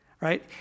Right